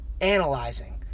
analyzing